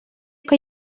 que